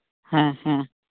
ᱦᱮᱸ ᱦᱮᱸ